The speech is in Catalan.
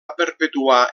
perpetuar